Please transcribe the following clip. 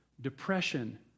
depression